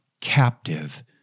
captive